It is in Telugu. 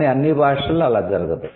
కానీ అన్నీ భాషలలో ఇలా జరగదు